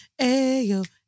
Ayo